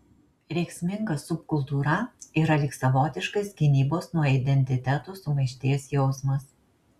rėksminga subkultūra yra lyg savotiškas gynybos nuo identiteto sumaišties jausmas